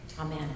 Amen